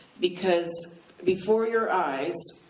because before your eyes,